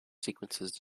sequences